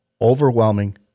overwhelming